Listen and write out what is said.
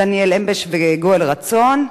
דניאל אמבש וגואל רצון?